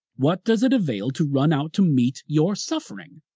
what does it avail to run out to meet your suffering?